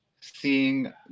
seeing